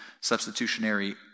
substitutionary